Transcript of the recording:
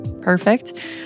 perfect